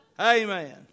Amen